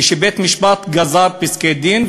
כשבית-המשפט גזר פסקי-דין,